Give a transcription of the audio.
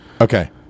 okay